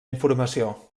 informació